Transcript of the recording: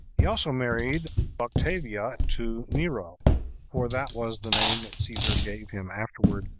he also married octavia to nero for that was the name that caesar gave him afterward,